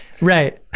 right